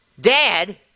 Dad